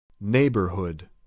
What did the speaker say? Neighborhood